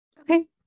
Okay